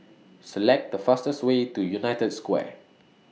Select The fastest Way to United Square